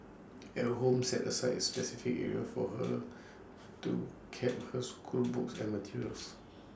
at home set aside A specific area for her to keep her schoolbooks and materials